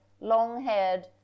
long-haired